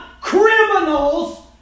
criminals